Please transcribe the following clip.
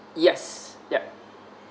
yes yup